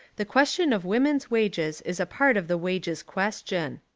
the question of women's wages is a part of the wages' question.